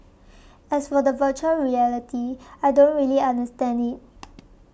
as for the Virtual Reality I don't really understand it